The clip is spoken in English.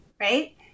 right